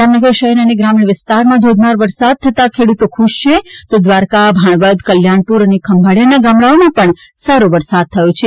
જામનગર શહેર અને ગ્રામીણ વિસ્તારમાં ધોધમાર વરસાદ થતાં ખેડૂતો ખુશ છે તો દ્વારકા ભાણવડ કલ્યાણપુર અને ખંભાળિયાના ગામડાઓ માં પણ સારો વરસાદ થયો છે